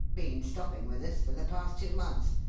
been stopping with us for the past two months.